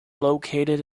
located